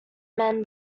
men